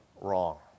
wrong